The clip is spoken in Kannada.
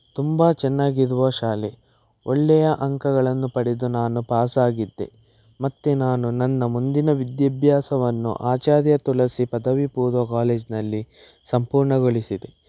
ತುಂಬ ಚೆನ್ನಾಗಿರುವ ಶಾಲೆ ಒಳ್ಳೆಯ ಅಂಕಗಳನ್ನು ಪಡೆದು ನಾನು ಪಾಸಾಗಿದ್ದೆ ಮತ್ತು ನಾನು ನನ್ನ ಮುಂದಿನ ವಿದ್ಯಾಭ್ಯಾಸವನ್ನು ಆಚಾರ್ಯ ತುಳಸಿ ಪದವಿ ಪೂರ್ವ ಕಾಲೇಜ್ನಲ್ಲಿ ಸಂಪೂರ್ಣಗೊಳಿಸಿದೆ